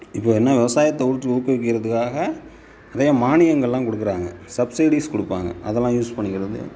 இப்போ என்ன விவசாயத்தை ஊற்று ஊக்குவிக்கிறதுக்காக நிறைய மானியங்களெலாம் கொடுக்கறாங்க சப்ஸீடிஸ் கொடுப்பாங்க அதெல்லாம் யூஸ் பண்ணிக்கிறது